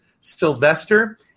Sylvester